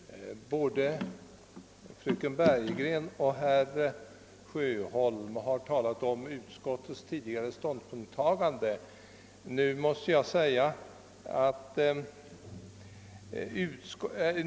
Herr talman! Både fröken Bergegren och herr Sjöholm har talat om utskottets tidigare ståndpunktstagande.